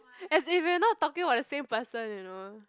as if we're not talking about the same person you know